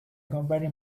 company